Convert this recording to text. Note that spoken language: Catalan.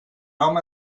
nom